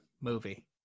movie